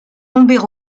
tomber